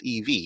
EV